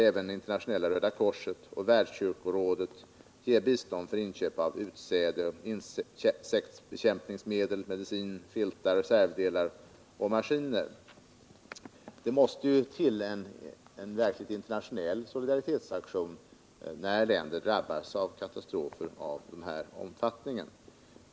Även Internationella röda korset och Världskyrkorådet ger bistånd för inköp av utsäde, insektsbekämpningsmedel, medicin, filtar, reservdelar och maskiner. Det måste till en verkligt internationell solidaritetsaktion när länder drabbas av katastrofer av den här omfattningen.